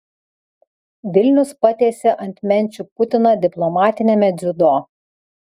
vilnius patiesė ant menčių putiną diplomatiniame dziudo